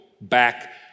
back